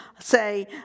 say